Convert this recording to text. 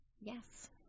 Yes